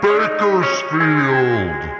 Bakersfield